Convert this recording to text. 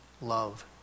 love